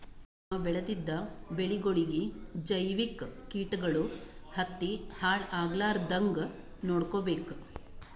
ನಾವ್ ಬೆಳೆದಿದ್ದ ಬೆಳಿಗೊಳಿಗಿ ಜೈವಿಕ್ ಕೀಟಗಳು ಹತ್ತಿ ಹಾಳ್ ಆಗಲಾರದಂಗ್ ನೊಡ್ಕೊಬೇಕ್